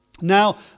Now